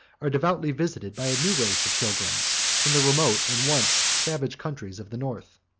are devoutly visited by a new race of pilgrims from the remote, and once savage countries of the north.